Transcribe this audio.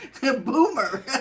Boomer